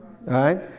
right